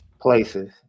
places